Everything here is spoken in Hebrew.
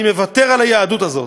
אני מוותר על היהדות הזאת,